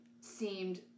seemed